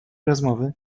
rozmowy